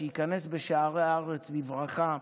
שייכנס בשערי הארץ בברכה,